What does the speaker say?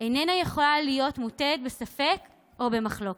איננה יכולה להיות מוטלת בספק או במחלוקת.